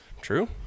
True